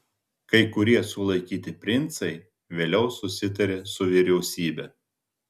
kai kurie sulaikyti princai vėliau susitarė su vyriausybe